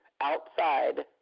outside